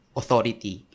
authority